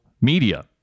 media